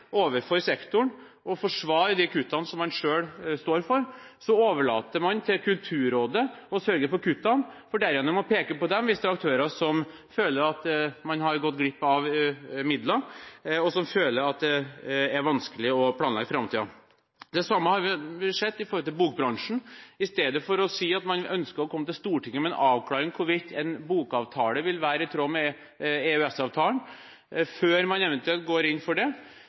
overfor sektoren og forsvare de kuttene som man selv står for, overlater man til Kulturrådet å sørge for kuttene, for derigjennom å peke på dem hvis det er aktører som føler at de har gått glipp av midler, og som føler at det er vanskelig å planlegge framtiden. Det samme har vi sett når det gjelder bokbransjen. I stedet for å si at man ønsker å komme til Stortinget med en avklaring av hvorvidt en bokavtale vil være i tråd med EØS-avtalen før man eventuelt går inn for